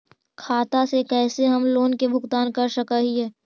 खाता से कैसे हम लोन के भुगतान कर सक हिय?